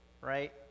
right